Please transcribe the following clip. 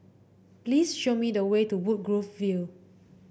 please show me the way to Woodgrove View